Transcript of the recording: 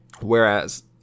whereas